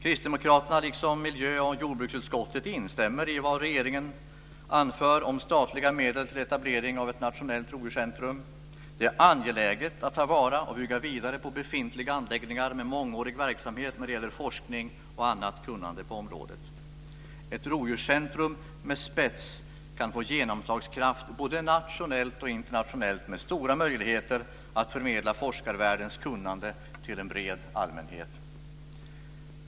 Kristdemokraterna liksom miljö och jordbruksutskottet instämmer i vad regeringen anför om statliga medel till etablering av ett nationellt rovdjurscentrum. Det är angeläget att ta till vara och bygga vidare på befintliga anläggningar med mångårig verksamhet när det gäller forskning och annat kunnande på området. Ett rovdjurscentrum med spets kan få genomslagskraft både nationellt och internationellt med stora möjligheter att förmedla forskarvärldens kunnande till en bred allmänhet.